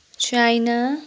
China